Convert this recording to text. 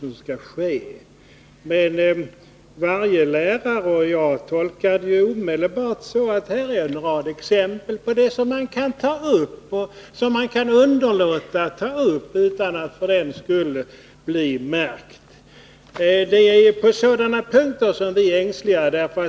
Jag tolkar det, liksom väl varje lärare, omedelbart så, att här anges en rad exempel på det som man kan ta upp och det som man kan underlåta att ta upp utan att för den skull bli prickad. Det är på sådana punkter vi är ängsliga.